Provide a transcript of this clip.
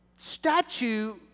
statue